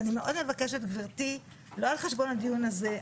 ואני מאוד מבקשת גברתי, לא על חשבון הדיון הזה.